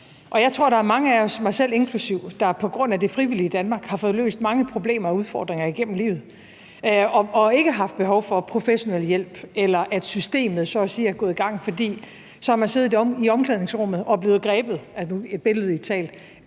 og jeg tror, at der er mange af os, mig selv inklusive, der på grund af det frivillige Danmark har fået løst mange problemer og udfordringer igennem livet og ikke har haft behov for professionel hjælp, eller at systemet så at sige er gået i gang, fordi man har siddet i omklædningsrummet og er blevet grebet, billedlig talt,